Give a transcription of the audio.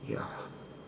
ya